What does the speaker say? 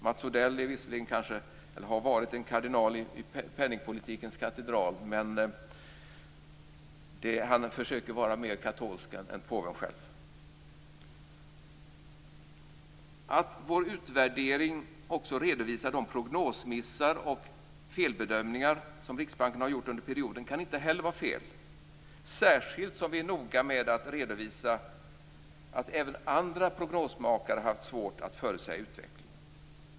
Mats Odell har visserligen varit en kardinal i penningpolitikens katedral, men han försöker att vara mer katolsk än påven själv. Att vår utvärdering också redovisar de prognosmissar och felbedömningar som Riksbanken har gjort under perioden kan inte heller vara fel, särskilt som vi är noga med att redovisa att även andra prognosmakare har haft svårt att förutsäga utvecklingen.